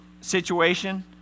situation